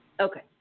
Okay